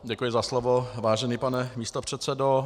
Děkuji za slovo, vážený pane místopředsedo.